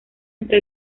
entre